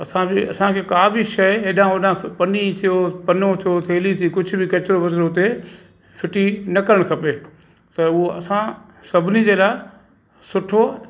असां बि असांखे का बि शइ एडा ओडा सभु पन्नी थियो पन्नो थियो थैली थी कुझु बि कचिरो वचरो हुते फिटी न करणु खपे त उहो असां सभिनी जे लाइ सुठो